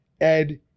Ed